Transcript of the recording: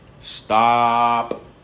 Stop